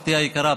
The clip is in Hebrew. משפחתי היקרה פה,